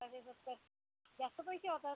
त्याचे जास्त जास्त पैसे होतात